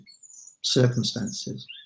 circumstances